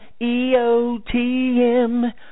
EOTM